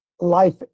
life